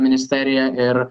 ministerija ir